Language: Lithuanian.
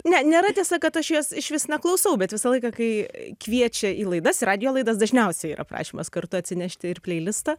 ne nėra tiesa kad aš jos išvis neklausau bet visą laiką kai kviečia į laidas į radijo laidas dažniausiai yra prašymas kartu atsinešti ir plei listą